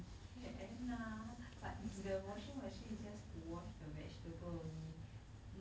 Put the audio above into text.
can lah but is the washing machine is just wash the vegetable only